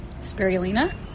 spirulina